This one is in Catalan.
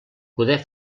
poder